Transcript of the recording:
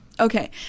Okay